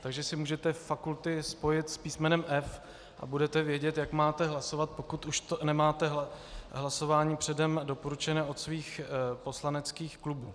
Takže si můžete fakulty spojit s písmenem F a budete vědět, jak máte hlasovat, pokud už nemáte hlasování předem doporučené od svých poslaneckých klubů.